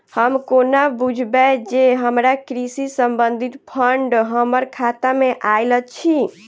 हम कोना बुझबै जे हमरा कृषि संबंधित फंड हम्मर खाता मे आइल अछि?